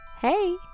hey